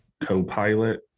co-pilot